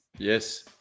Yes